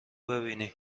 ببینی